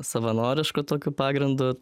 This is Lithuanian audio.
savanorišku tokiu pagrindu